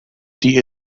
die